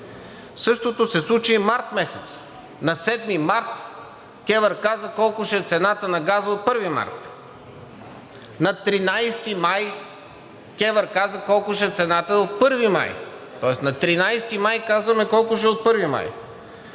Същото се случи и месец март. На 7 март КЕВР каза колко ще е цената на газа от 1 март. На 13 май КЕВР каза колко ще е цената от 1 май, тоест на 13 май казваме колко ще е от 1 май.